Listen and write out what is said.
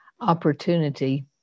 opportunity